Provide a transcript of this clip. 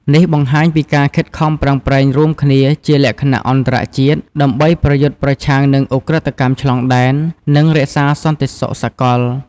នេះបង្ហាញពីការខិតខំប្រឹងប្រែងរួមគ្នាជាលក្ខណៈអន្តរជាតិដើម្បីប្រយុទ្ធប្រឆាំងនឹងឧក្រិដ្ឋកម្មឆ្លងដែន និងរក្សាសន្តិសុខសកល។